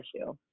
issue